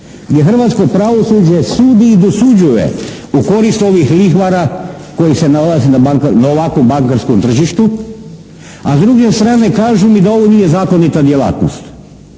gdje hrvatsko pravosuđe sudi i dosuđuje u korist ovih lihvara koji se nalaze na ovakvom bankarskom tržištu, a s druge strane kažu mi da ovo nije zakonita djelatnost.